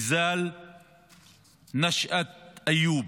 איזיל נשאת איוב,